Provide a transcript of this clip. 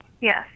yes